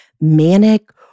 manic